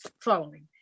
following